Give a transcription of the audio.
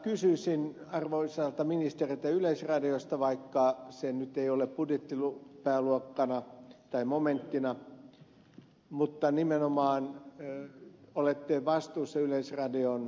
kysyisin arvoisalta ministeriltä yleisradiosta vaikka se nyt ei ole budjettipääluokkana tai momenttina mutta nimenomaan olette vastuussa yleisradion toiminnasta